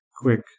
quick